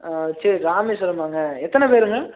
ஆ சரி ராமேஷ்வரமாங்க எத்தனை பேருங்க